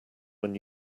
when